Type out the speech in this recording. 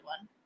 one